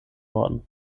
worden